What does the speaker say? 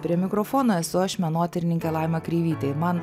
prie mikrofono esu aš menotyrininkė laima kreivytė ir man